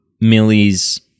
Millie's